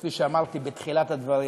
כפי שאמרתי בתחילת הדברים,